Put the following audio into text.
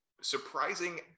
surprising